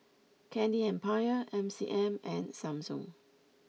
Candy Empire M C M and Samsung